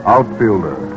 Outfielder